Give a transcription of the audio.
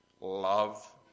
Love